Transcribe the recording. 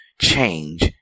change